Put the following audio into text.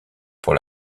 pour